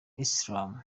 islam